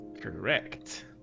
correct